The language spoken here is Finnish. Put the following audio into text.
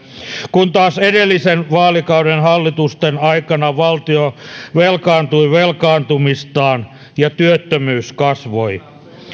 kun taas edellisen vaalikauden hallitusten aikana valtio velkaantui velkaantumistaan ja työttömyys kasvoi